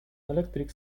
electric